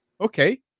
Okay